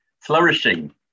flourishing